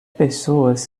pessoas